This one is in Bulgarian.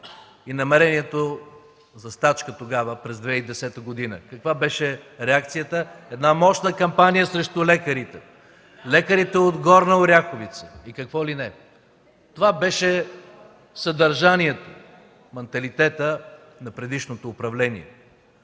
и намерението за стачка тогава, през 2010 г. Каква беше реакцията? – Една мощна кампания срещу лекарите – лекарите от Горна Оряховица, и какво ли не. Това беше съдържанието, манталитетът на предишното управление.